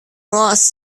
lost